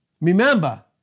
remember